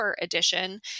edition